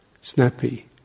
snappy